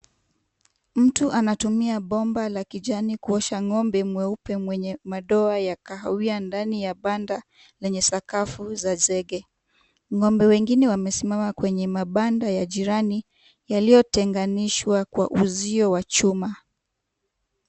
Mtu anatumia bomba la kijani kuosha ng'ombe mweupe mwenye madoa ya kahawia ndani ya banda lenye sakafu za zege. Ng'ombe wengine wamesimama kwenye mabanda ya jirani yaliyotenganishwa kwa uzio wa chuma.